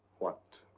what?